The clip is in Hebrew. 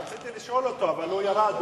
רציתי לשאול אותו, אבל הוא ירד.